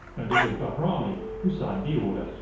and it was bahrami who signed the order.